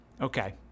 Okay